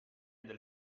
del